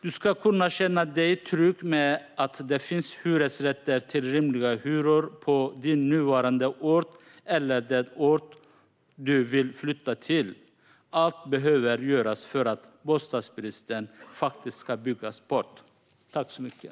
Du ska kunna känna dig trygg med att det finns hyresrätter till rimliga hyror på din nuvarande ort eller den ort som du vill flytta till. Allt behöver göras för att bostadsbristen faktiskt ska byggas bort.